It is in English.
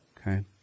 Okay